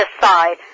decide